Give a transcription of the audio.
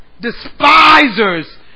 Despisers